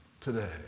today